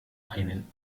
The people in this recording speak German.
einen